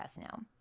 now